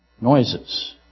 noises